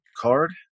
card